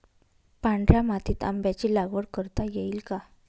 पांढऱ्या मातीत आंब्याची लागवड करता येईल का?